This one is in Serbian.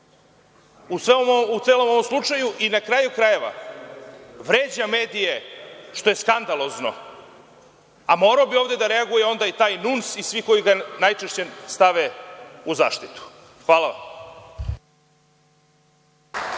u celom ovom slučaju i na kraju krajeva vređa medije, što je skandalozno, a mora bi ovde da reaguje i taj NUNS i svi koji ga najčešće stave u zaštitu. Hvala.